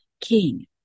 king